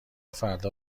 فردا